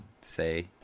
say